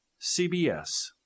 CBS